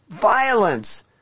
violence